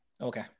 Okay